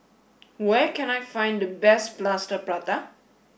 where can I find the best Plaster Prata